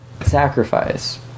sacrifice